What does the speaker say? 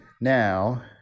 now